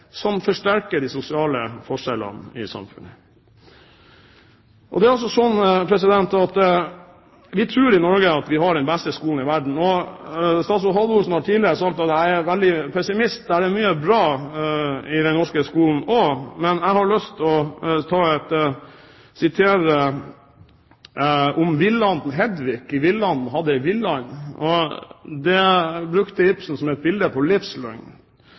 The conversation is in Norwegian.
som forsterker de sosial forskjellene i samfunnet. Det er slik at vi i Norge tror at vi har den beste skolen i verden. Statsråd Halvorsen har tidligere sagt at jeg er veldig pessimistisk – det er mye bra i den norske skolen også. Jeg har lyst til å sitere fra Vildanden. Hedvig i Vildanden hadde en villand, og det brukte Ibsen som et bilde på